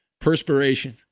perspiration